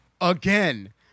Again